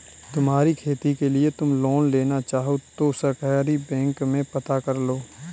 तुम्हारी खेती के लिए तुम लोन लेना चाहो तो सहकारी बैंक में पता करलो